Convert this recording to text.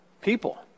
People